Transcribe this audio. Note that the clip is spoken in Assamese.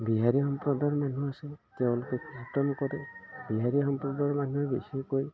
বিহাৰী সম্প্ৰদায়ৰ মানুহ আছে তেওঁলোকে কীৰ্তন কৰে বিহাৰী সম্প্ৰদায়ৰ মানুহে বেছিকৈ